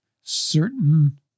certain